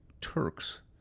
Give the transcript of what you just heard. Turks